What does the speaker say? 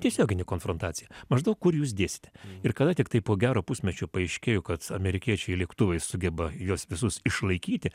tiesioginė konfrontacija maždaug kur jūs dėsite ir kada tiktai po gero pusmečio paaiškėjo kad amerikiečiai lėktuvai sugeba juos visus išlaikyti